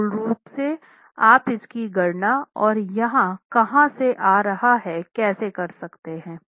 मूल रूप से आप इसकी गणना और यह कहां से आ रहा है कैसे कर सकते हैं